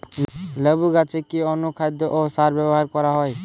লেবু গাছে কি অনুখাদ্য ও সার ব্যবহার করা হয়?